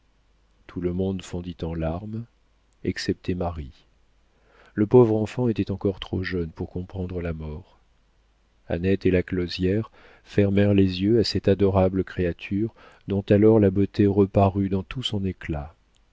tout le monde fondit en larmes excepté marie le pauvre enfant était encore trop jeune pour comprendre la mort annette et la closière fermèrent les yeux à cette adorable créature dont alors la beauté reparut dans tout son éclat